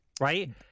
Right